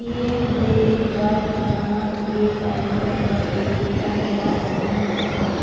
P M J A Y ধৰণৰ ইএচআইভি কেন্দ্ৰই হৃদ বিজ্ঞান সেৱা আগবঢ়ায় নে নাই চাওক